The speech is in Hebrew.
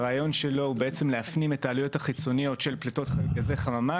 הרעיון שלו הוא בעצם להפנים את העלויות החיצוניות של פליטות גזי חממה,